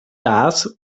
das